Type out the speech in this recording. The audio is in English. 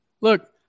Look